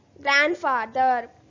grandfather